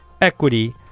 equity